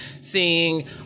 seeing